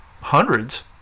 hundreds